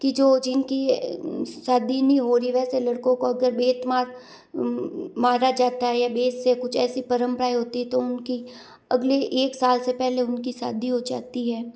कि जो जिनकी शादी नहीं हो रही वैसे लड़कों को अगर बेतमार मारा जाता है या बेत से कुछ ऐसी परम्पराएं होती है तो उनकी अगले एक साल से पहले उनकी शादी हो जाती है